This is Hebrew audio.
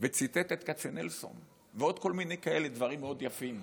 וציטט את כצנלסון ועוד כל מיני כאלה דברים מאוד יפים,